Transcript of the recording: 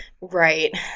Right